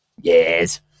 yes